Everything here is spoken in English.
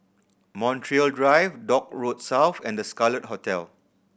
Montreal Drive Dock Road South and The Scarlet Hotel